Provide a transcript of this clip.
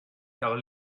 car